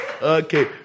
Okay